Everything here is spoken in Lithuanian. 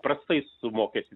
prastai su mokesčiais